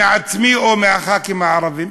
מעצמי או מחברי הכנסת הערבים.